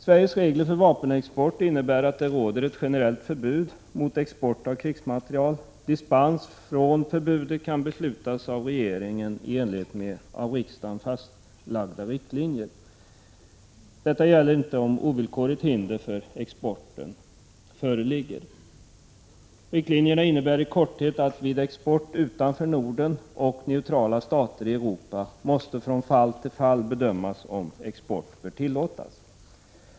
Sveriges regler för vapenexport innebär att det råder ett generellt förbud mot export av krigsmateriel. Dispens från förbudet kan beslutas av regeringen i enlighet med av riksdagen fastlagda riktlinjer. Detta gäller inte om ovillkorligt hinder för exporten föreligger. Riktlinjerna innebär i korthet att vid export till länder utanför Norden och neutrala stater i Europa måste från fall till fall bedömas om export bör tillåtas.